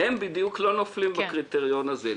-- הם בדיוק לא נופלים בקריטריון הזה.